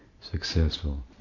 successful